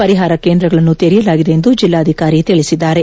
ಪರಿಹಾರ ಕೇಂದ್ರಗಳನ್ನು ತೆರೆಯಲಾಗಿದೆ ಎಂದು ಜಿಲ್ಲಾಧಿಕಾರಿ ತಿಳಿಸಿದ್ದಾರೆ